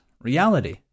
reality